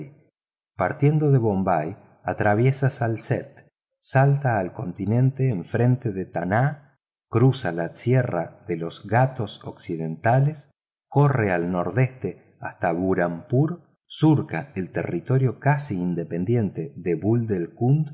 partiendo de bombay atraviesa salcette salta al continente enfrente de tannab cruza la sierra de los ghats occidentales corre al noroeste hasta burhampur surca el territorio casi independiente de buidelkund se